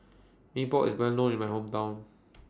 Mee Pok IS Well known in My Hometown